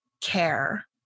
care